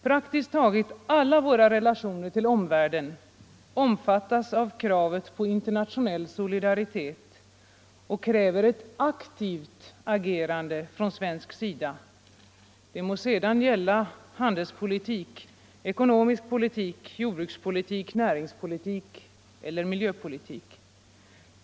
Praktiskt taget alla våra relationer till omvärlden omfattas av kravet på internationell solidaritet och kräver ett aktivt agerande från svensk sida — det må sedan gälla handelspolitik, ekonomisk politik, jordbrukspolitik, näringspolitik eller miljöpolitik.